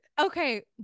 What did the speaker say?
okay